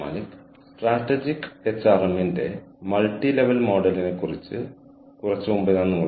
പ്രത്യേകിച്ചും strategic HRM ന്റെ ഒരു മോഡൽ കൂടി നമ്മൾ കവർ ചെയ്യും ചില മെറ്റീരിയലുകളിലൂടെ കടന്നുപോകുമ്പോൾ അത് വളരെ ഉപയോഗപ്രദമാണെന്ന് ഞാൻ കണ്ടെത്തി